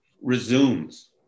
resumes